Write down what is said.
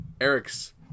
Eric's